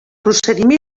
procediment